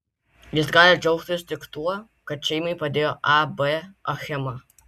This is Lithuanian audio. jis gali džiaugtis tik tuo kad šeimai padėjo ab achema